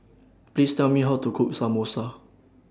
Please Tell Me How to Cook Samosa